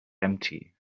empty